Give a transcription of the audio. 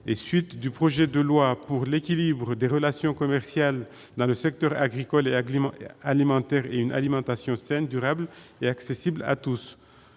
la procédure accélérée, pour l'équilibre des relations commerciales dans le secteur agricole et alimentaire et une alimentation saine, durable et accessible à tous